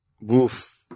Woof